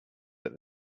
but